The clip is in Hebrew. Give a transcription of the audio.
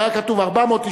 שהיה כתוב 498,